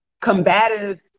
combative